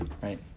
right